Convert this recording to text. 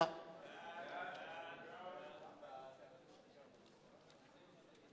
יחד עם החוקים האחרים לקריאה ראשונה.